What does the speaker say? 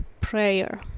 prayer